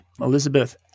Elizabeth